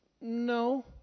no